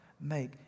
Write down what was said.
make